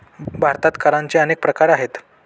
भारतात करांचे अनेक प्रकार आहेत